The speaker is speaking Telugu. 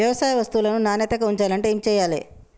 వ్యవసాయ వస్తువులను నాణ్యతగా ఉంచాలంటే ఏమి చెయ్యాలే?